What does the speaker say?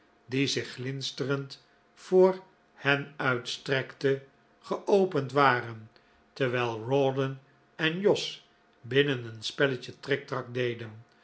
die zich glinsterend voor hen uitstrekte geopend waren terwijl rawdon en jos binnen een spelletje trictrac deden